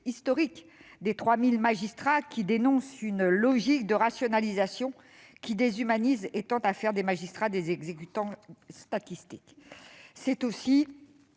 historique des 3 000 magistrats, qui dénoncent « une logique de rationalisation qui déshumanise et tend à faire des magistrats des exécutants statistiques ». Car aussi